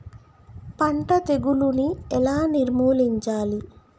పంట తెగులుని ఎలా నిర్మూలించాలి?